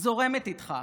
זורמת איתך.